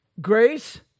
Grace